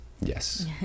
Yes